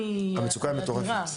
חודשים.